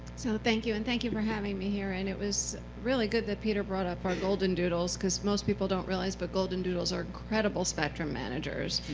so thank you, and thank you for having me here. and it was really good that peter brought up our golden doodles because most people don't realize, but golden doodles are incredible spectrum managers.